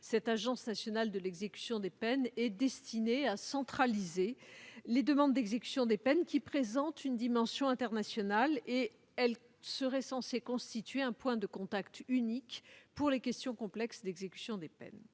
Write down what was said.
d'une agence nationale de l'exécution des peines, destinée à centraliser les demandes d'exécution des peines présentant une dimension internationale. Cette dernière serait censée constituer un point de contact unique pour les questions complexes d'exécution des peines.